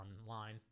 online